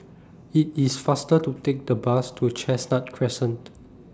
IT IS faster to Take The Bus to Chestnut Crescent